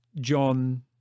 John